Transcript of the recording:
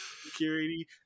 security